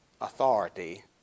authority